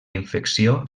infecció